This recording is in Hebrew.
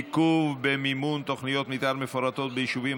עיכוב במימון תוכניות מתאר מפורטות ביישובים